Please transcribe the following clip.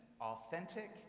Authentic